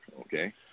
Okay